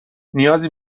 نیازی